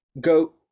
go